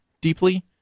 deeply